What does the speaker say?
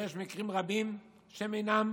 יש מקרים רבים שהם אינם